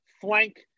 flank